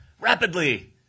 rapidly